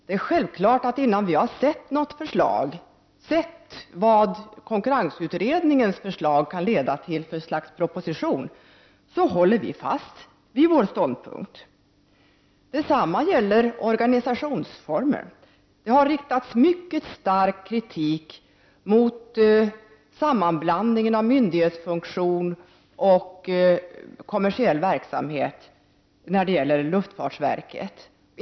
Det är självklart att vi håller fast vid vår ståndpunkt innan vi har sett vad konkurrensutredningens förslag kan leda till för proposition. Detsamma gäller organisationsformerna. Det har riktats mycket stark kritik mot sammanblandningen av myndighetsfunktion och kommersiell verksamhet när det gäller luftfartsverket.